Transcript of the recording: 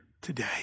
today